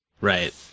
Right